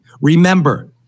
Remember